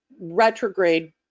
retrograde